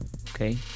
okay